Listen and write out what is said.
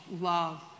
love